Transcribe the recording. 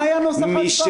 מה היה נוסח ההצבעה?